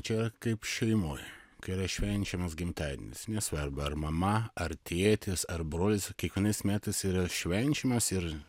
čia kaip šeimoj kai yra švenčiamas gimtadienis nesvarbu ar mama ar tėtis ar brolis kiekvienais metais yra švenčiamas ir